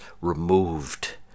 removed